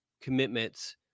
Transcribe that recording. commitments